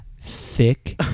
thick